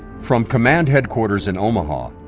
from command headquarters in omaha,